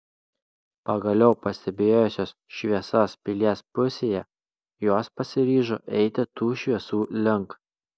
pagaliau pastebėjusios šviesas pilies pusėje jos pasiryžo eiti tų šviesų link